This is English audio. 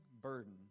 burden